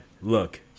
look